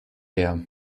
her